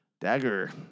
Dagger